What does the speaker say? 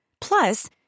Plus